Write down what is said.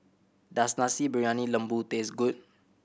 does Nasi Briyani Lembu taste good